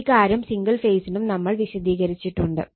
ഈ കാര്യം സിംഗിൾ ഫേസിനും നമ്മൾ വിശദീകരിച്ചിട്ടുണ്ട്